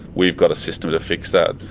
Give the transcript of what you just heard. we've got a system to fix that.